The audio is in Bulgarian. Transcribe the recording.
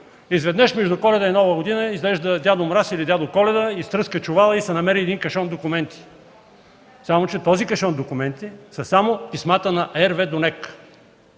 Изведнъж между Коледа и Нова година изглежда дядо Мраз или дядо Коледа изтръска чувала и се намери един кашон документи. Само че в него са само писмата на RWE до